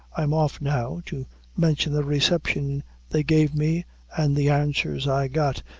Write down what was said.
i'm off now, to mention the reception they gave me and the answers i got,